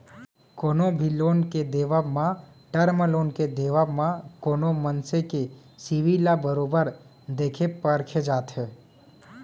कोनो भी लोन के देवब म, टर्म लोन के देवब म कोनो मनसे के सिविल ल बरोबर देखे परखे जाथे